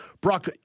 Brock